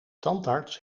tandarts